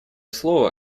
слово